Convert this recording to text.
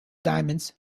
diamonds